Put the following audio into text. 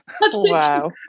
Wow